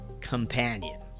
companion